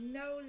no